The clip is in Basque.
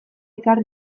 ekar